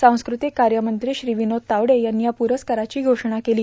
सांस्कृतिक कायमंत्री श्री विनोद तावडे यांनी या पुरस्काराची घोषणा केला